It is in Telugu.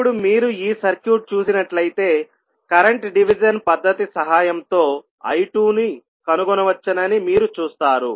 ఇప్పుడు మీరు ఈ సర్క్యూట్ చూసినట్లయితేకరెంట్ డివిజన్ పద్ధతి సహాయంతో I2 ను కనుగొనవచ్చని మీరు చూస్తారు